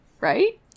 Right